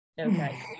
Okay